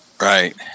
Right